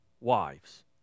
wives